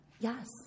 Yes